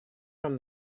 from